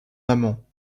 amants